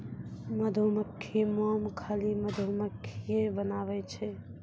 मधुमक्खी मोम खाली मधुमक्खिए बनाबै छै